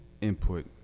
input